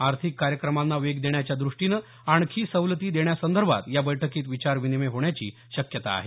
आर्थिक कार्यक्रमांना वेग देण्याच्या द्रष्टीनं आणखी सवलती देण्यासंदर्भात या बैठकीत विचार विनिमय होण्याची शक्यता आहे